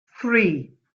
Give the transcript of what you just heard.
three